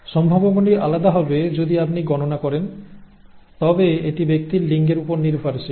সম্ভাবনাগুলি আলাদা হবে যদি আপনি গণনা করেন তবে এটি ব্যক্তির লিঙ্গের উপর নির্ভরশীল